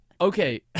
Okay